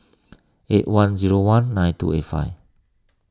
eight one zero one nine two eight five